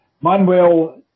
Manuel